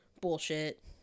bullshit